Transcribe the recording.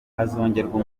hazongerwa